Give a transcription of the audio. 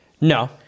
No